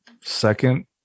second